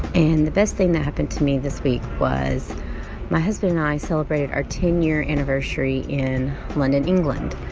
and the best thing that happened to me this week was my husband and i celebrated our ten year anniversary in london, england.